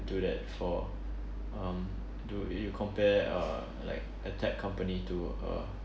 do that for um do you compare uh like a tech company to a